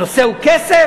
הנושא הוא כסף?